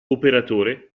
operatore